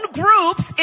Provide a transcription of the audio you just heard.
groups